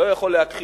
לא יכול להכחיש,